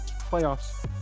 Playoffs